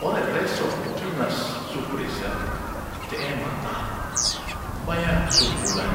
Orereso kinas su freser te matang baya subulan